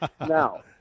Now